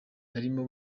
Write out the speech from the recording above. yarimo